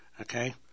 Okay